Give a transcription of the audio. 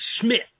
smith